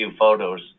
photos